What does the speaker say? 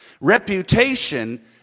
Reputation